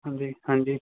ਹਾਂਜੀ ਹਾਂਜੀ